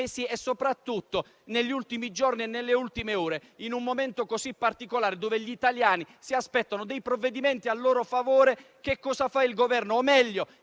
Soprattutto negli ultimi giorni e nelle ultime ore, in un momento così particolare, in cui gli italiani si aspettano provvedimenti a loro favore, cosa fa il Governo (o meglio,